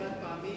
זה יהיה חד-פעמי?